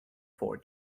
for